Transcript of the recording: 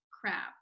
crap